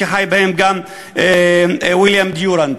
שחי בהם גם ויליאם דוראנט.